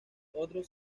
otros